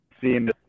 seeing